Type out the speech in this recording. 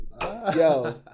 Yo